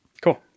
Cool